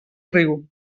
riu